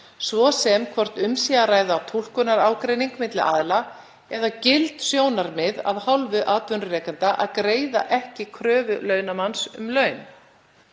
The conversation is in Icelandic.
svo sem hvort um sé að ræða túlkunarágreining milli aðila eða gild sjónarmið af hálfu atvinnurekanda að greiða ekki kröfu launamanns um laun.